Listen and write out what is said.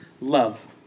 love